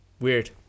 Weird